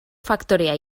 faktorea